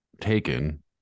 taken